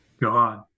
god